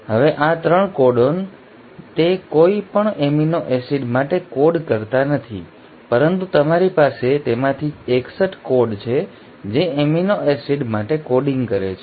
હવે આ 3 કોડન તે કોઈ પણ એમિનો એસિડ માટે કોડ કરતા નથી પરંતુ તમારી પાસે તેમાંથી 61 કોડ છે જે એમિનો એસિડ માટે કોડિંગ કરે છે